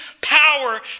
power